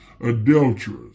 adulterers